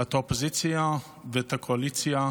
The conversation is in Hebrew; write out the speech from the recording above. את האופוזיציה והקואליציה